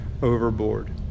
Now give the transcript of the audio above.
Overboard